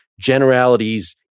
generalities